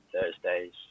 Thursdays